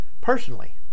personally